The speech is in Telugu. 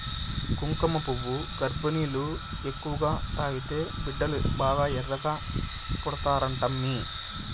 కుంకుమపువ్వు గర్భిణీలు ఎక్కువగా తాగితే బిడ్డలు బాగా ఎర్రగా పడతారంటమ్మీ